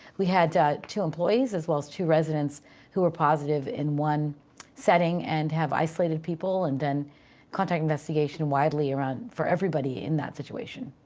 we had two employees as well as two residents who were positive in one setting, and have isolated people and then contact investigation widely, for everybody in that situation.